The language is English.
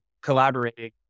collaborating